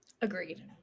Agreed